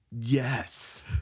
Yes